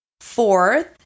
Fourth